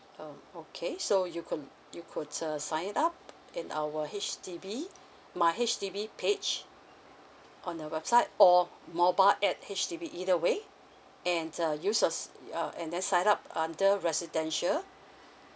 um okay so you could you could uh sign it up in our H_D_B my H_D_B page on the website or mobile at H_D_B either way and uh use a s~ uh and then sign up under residential